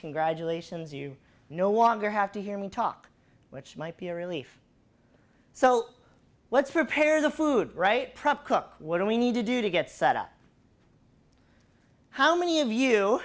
congratulations you know want to have to hear me talk which might be a relief so let's prepare the food right prep cook what do we need to do to get set up how many of you